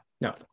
no